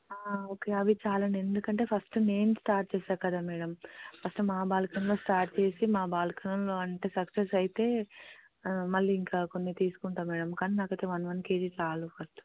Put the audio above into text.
okay అవి చాలండి ఎందుకంటే ఫస్ట్ నేను స్టార్ట్ చేసాను కదా మేడం ఫస్ట్ మా బాల్కనీలో స్టార్ట్ చేసి మా బాల్కనీలో అంటే సక్సెస్ అయితే మళ్ళీ ఇంకా కొన్ని తీసుకుంటాను మేడం కానీ నాకైతే వన్ వన్ కేజీ చాలు ఫస్ట్